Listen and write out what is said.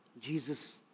Jesus